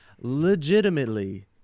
legitimately